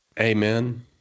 Amen